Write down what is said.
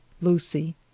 Lucy